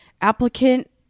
applicant